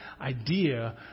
idea